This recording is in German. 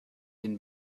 den